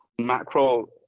macro